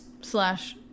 Slash